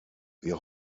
wir